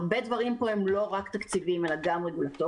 הרבה דברים פה הם לא רק תקציביים אלא גם רגולטורים.